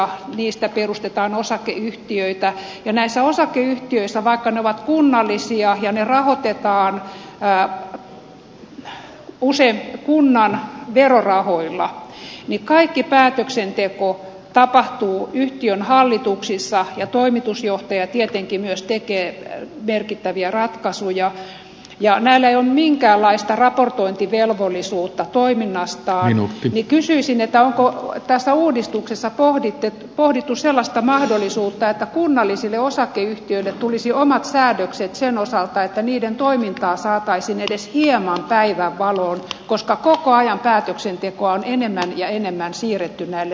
niistä perustetaan osakeyhtiöitä ja kun näissä osakeyhtiöissä vaikka ne ovat kunnallisia ja ne rahoitetaan usein kunnan verorahoilla kaikki päätöksenteko tapahtuu yhtiön hallituksissa ja toimitusjohtaja tietenkin myös tekee merkittäviä ratkaisuja ja näillä ei ole minkäänlaista raportointivelvollisuutta toiminnastaan niin kysyisin onko tässä uudistuksessa pohdittu sellaista mahdollisuutta että kunnallisille osakeyhtiöille tulisi omat säädökset sen osalta että niiden toimintaa saataisiin edes hieman päivänvaloon koska koko ajan päätöksentekoa on enemmän ja enemmän siirretty näille suljetuille yhtiöille